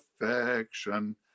affection